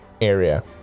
area